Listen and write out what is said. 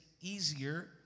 easier